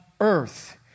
earth